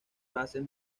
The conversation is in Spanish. bases